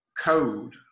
code